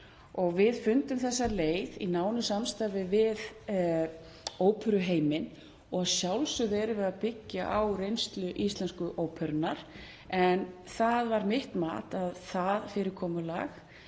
Við fundum þessa leið í nánu samstarfi við óperuheiminn og að sjálfsögðu erum við að byggja á reynslu Íslensku óperunnar, en það var mitt mat að það fyrirkomulag